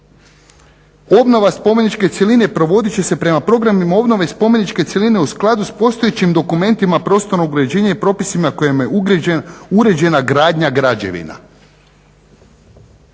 obnova spomeničke cjeline provoditi će se prema programima obnove spomeničke cjeline u skladu sa postojećim dokumentima prostornog uređenja i propisima kojima je uređena gradnja građevina